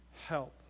help